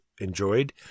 enjoyed